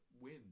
win